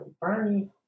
Bernie